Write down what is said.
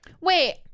Wait